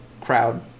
crowd